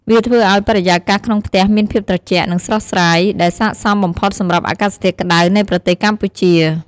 វាធ្វើឲ្យបរិយាកាសក្នុងផ្ទះមានភាពត្រជាក់ និងស្រស់ស្រាយ ដែលស័ក្តិសមបំផុតសម្រាប់អាកាសធាតុក្ដៅនៃប្រទេសកម្ពុជា។